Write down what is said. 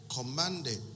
commanded